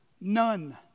None